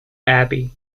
abbey